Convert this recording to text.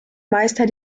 meister